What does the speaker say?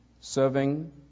serving